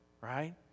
Right